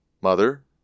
Mother